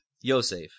Yosef